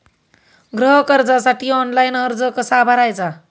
गृह कर्जासाठी ऑनलाइन अर्ज कसा भरायचा?